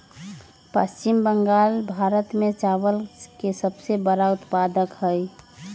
पश्चिम बंगाल भारत में चावल के सबसे बड़ा उत्पादक हई